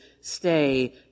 stay